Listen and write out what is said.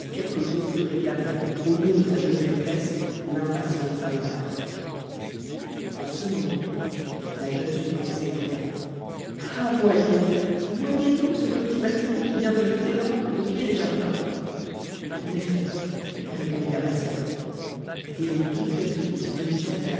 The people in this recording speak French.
quelques jours que réclamait au nom de sa jolie maîtresse l'impatiente zingare en ce moment la jeune suivante s'écria ah voyez voyez donc ce petit bâtiment qui vient de jeter l'ancre au pied des jardins en effet répondit amasia et les deux jeunes filles se dirigèrent vers